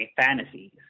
fantasies